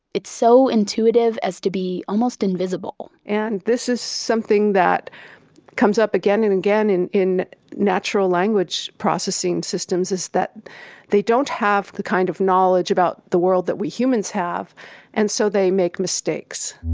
it's so intuitive as to be almost invisible and this is something that comes up again and again in in natural language processing systems, is that they don't have the kind of knowledge about the world that we humans have and so they make mistakes